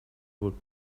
would